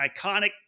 iconic